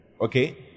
Okay